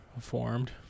formed